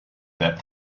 that